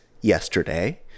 yesterday